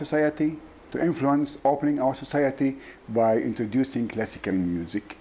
society to influence opening our society by introducing classical music